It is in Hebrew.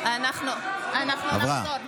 אנחנו נחזור.